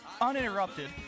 uninterrupted